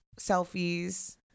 selfies